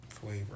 flavor